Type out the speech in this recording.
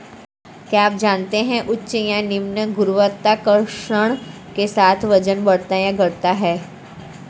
क्या आप जानते है उच्च या निम्न गुरुत्वाकर्षण के साथ वजन बढ़ता या घटता है?